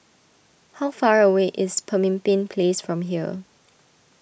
how far away is Pemimpin Place from here